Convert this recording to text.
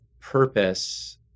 purpose